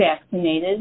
vaccinated